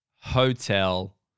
hotel